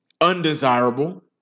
undesirable